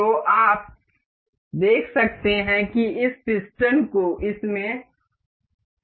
तो आप देख सकते हैं कि इस पिस्टन को इसमें तय किया गया है